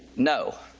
no.